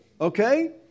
okay